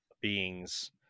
beings